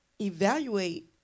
evaluate